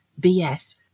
BS